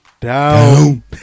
down